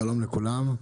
שלום לכולם,